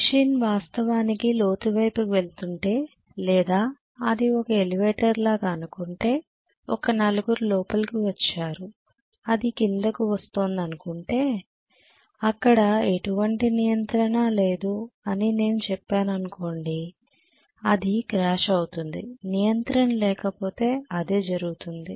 machine వాస్తవానికి లోతువైపు వెళుతుంటే లేదా అది ఒక ఎలివేటర్ లాగా అనుకుంటే ఒక నలుగురు లోపలికి వచ్చారు అది కిందకు వస్తోంది అనుకుంటే అక్కడ ఎటువంటి నియంత్రణ లేదు అని చెప్పాను అనుకోండి అది క్రాష్ అవుతుంది నియంత్రణ లేకపోతే అదే జరుగుతుంది